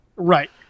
Right